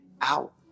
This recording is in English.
out